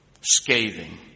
Scathing